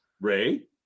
ray